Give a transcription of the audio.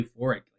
euphoric